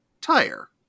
tire